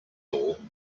all